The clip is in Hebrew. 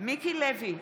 מיקי לוי,